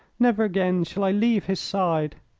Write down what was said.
never again shall i leave his side.